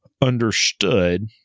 understood